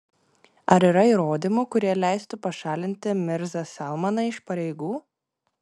ar yra įrodymų kurie leistų pašalinti mirzą salmaną iš pareigų